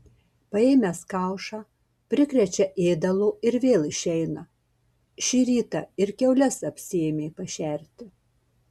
paėmęs kaušą prikrečia ėdalo ir vėl išeina šį rytą ir kiaules apsiėmė pašerti